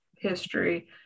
history